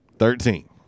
Thirteen